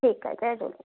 ठीकु आहे जय झूले